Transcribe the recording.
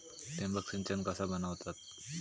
ठिबक सिंचन कसा बनवतत?